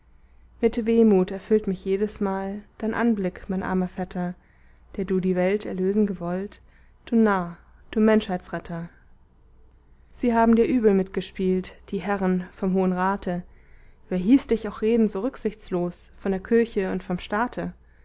mit wehmut erfüllt mich jedesmal dein anblick mein armer vetter der du die welt erlösen gewollt du narr du menschheitsretter sie haben dir übel mitgespielt die herren vom hohen rate wer hieß dich auch reden so rücksichtslos von der kirche und vom staate